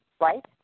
right